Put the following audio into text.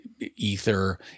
Ether